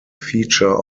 feature